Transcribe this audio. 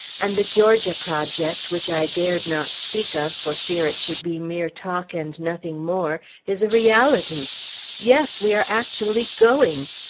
and the georgia project, which i dared not speak of for fear it should be mere talk and nothing more, is a reality yes! we are actually going!